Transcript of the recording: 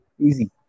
easy